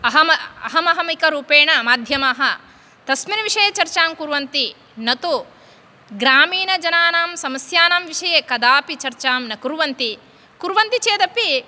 अहम् अहमहमिकरूपेण माध्यमाः तस्मिन् विषये चर्चां कुर्वन्ति न तु ग्रामीणजनानां समस्यानां विषये कदापि चर्चां न कुर्वन्ति कुर्वन्ति चेदपि